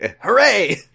Hooray